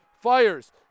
fires